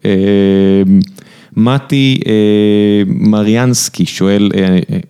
מתי מריאנסקי שואל